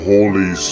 Holy